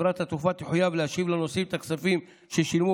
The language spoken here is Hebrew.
חברת התעופה תחויב להשיב לנוסעים את הכספים ששילמו